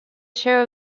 share